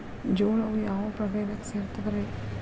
ಜೋಳವು ಯಾವ ಪ್ರಭೇದಕ್ಕ ಸೇರ್ತದ ರೇ?